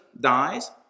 dies